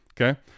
Okay